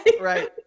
right